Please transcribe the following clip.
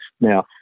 Now